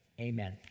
Amen